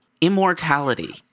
Immortality